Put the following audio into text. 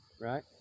right